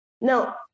Now